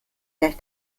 gleich